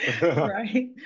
Right